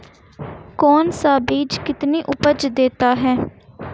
कौन सा बीज कितनी उपज देता है?